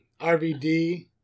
RVD